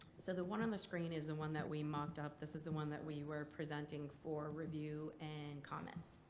so the one on the screen is the one that we mocked-up. this is the one that we were presenting for review and comments.